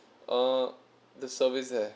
uh the service there